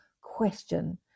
question